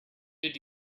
did